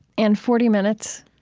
and forty minutes,